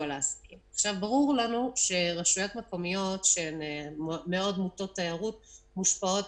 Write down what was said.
ברור לנו שרשויות מקומיות שהן מאוד מוטות תיירות מושפעות